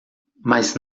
mas